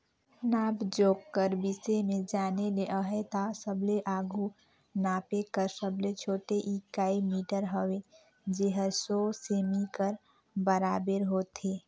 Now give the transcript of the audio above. नाप जोख कर बिसे में जाने ले अहे ता सबले आघु नापे कर सबले छोटे इकाई मीटर हवे जेहर सौ सेमी कर बराबेर होथे